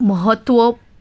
महत्व